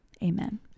Amen